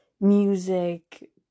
music